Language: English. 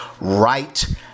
right